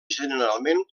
generalment